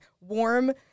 warm